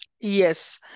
Yes